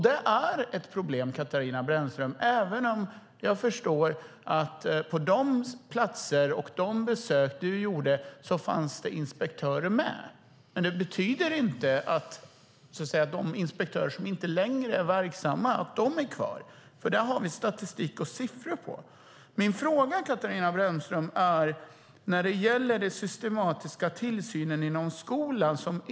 Det är ett problem, Katarina Brännström, även om jag förstår att det fanns inspektörer på de platser där du gjorde besök. Men det betyder inte att de inspektörer som inte längre är verksamma är kvar. Det har vi statistik och siffror på. Min fråga, Katarina Brännström, gäller den systematiska tillsynen inom skolan.